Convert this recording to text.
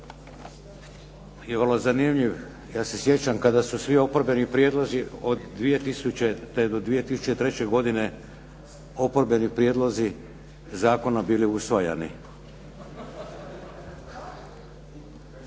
je vrlo zanimljiv. Ja se sjećam kada su svi oporbeni prijedlozi od 2000. do 2003. godine oporbeni prijedlozi zakona bili usvajani.